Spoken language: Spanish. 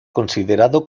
considerado